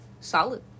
solid